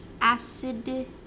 acid